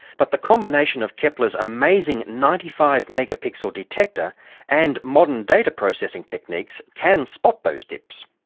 but the combination of kepler's amazing ninety five megapixel detector and modern data-processing techniques can spot those dips.